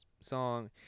song